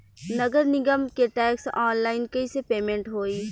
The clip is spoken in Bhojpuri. नगर निगम के टैक्स ऑनलाइन कईसे पेमेंट होई?